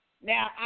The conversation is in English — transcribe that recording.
Now